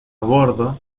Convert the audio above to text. bordo